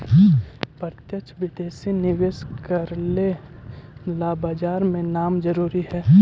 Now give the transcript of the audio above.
प्रत्यक्ष विदेशी निवेश करवे ला बाजार में नाम जरूरी है